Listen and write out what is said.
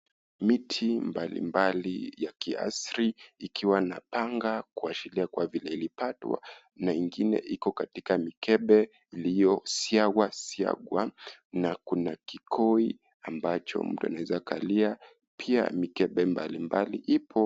Miti mbalimbali ya kiasili ikiwa na panga kwa vile ilikatwa na mingine iko katika mikebe iliyosiagwasiagwa na kunakikoi ambacho mtu anaeza kaalia pia mikebe mbalimbali ipo.